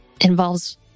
Involves